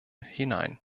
hinein